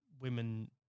women